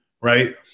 right